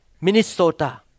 Minnesota